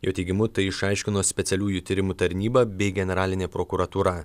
jo teigimu tai išaiškino specialiųjų tyrimų tarnyba bei generalinė prokuratūra